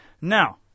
Now